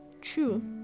True